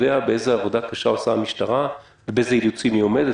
יודעים איזו עבודה קשה עושה המשטרה ובאלו אילוצים היא עומדת.